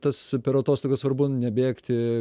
tas per atostogas svarbu nebėgti